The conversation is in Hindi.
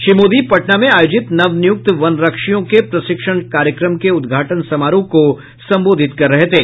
श्री मोदी पटना में आयोजित नवनियुक्त वनरक्षियों के प्रशिक्षण कार्यक्रम के उद्घाटन समारोह को संबोधित कर रहे थे